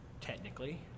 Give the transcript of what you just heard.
technically